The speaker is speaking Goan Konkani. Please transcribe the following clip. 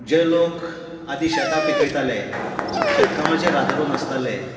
लोक आदी शेतां पिकयताले शेतकामाचेर आदारून आसताले